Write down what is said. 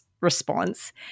response